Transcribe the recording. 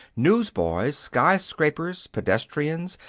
newsboys, skyscrapers, pedestrians,